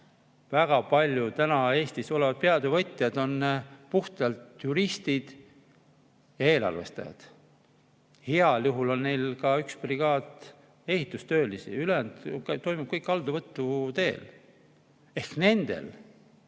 Väga paljud Eestis olevad peatöövõtjad on puhtalt juristid ja eelarvestajad. Heal juhul on neil ka üks brigaad ehitustöölisi, ülejäänu toimub kõik alltöövõtu teel. Nendel